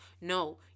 No